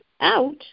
out